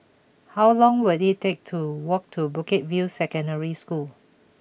how long will it take to walk to Bukit View Secondary School